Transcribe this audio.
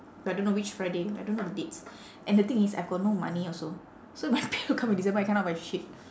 but don't know which friday I don't know the dates and the thing is I've got no money also so my pay will come in december I cannot buy shit